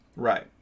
Right